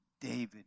David